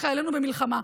כשחיילינו במלחמה.